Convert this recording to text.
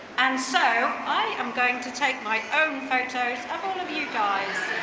and so i am going to take my own photos of all of you guys.